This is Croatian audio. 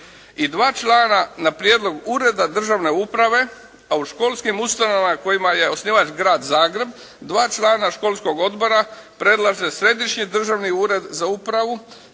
i dva člana na prijedlog Ureda državne uprave a u školskim ustanovama kojima je osnivač grad Zagreb dva člana školskog odbora predlaže Središnji državni ured za upravu